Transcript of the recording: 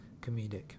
comedic